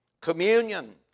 Communion